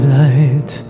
light